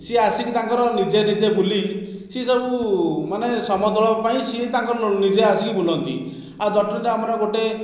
ସେ ଆସିକି ତାଙ୍କର ନିଜେ ନିଜେ ବୁଲି ସେ ସବୁ ମାନେ ସମତଳ ପାଇଁ ସେ ତାଙ୍କର ନିଜେ ଆସିକି ବୁଲନ୍ତି ଆଉ ଜଟଣୀରେ ଆମର ଗୋଟିଏ